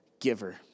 giver